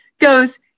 goes